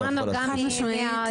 שמענו גם מהאזרחית.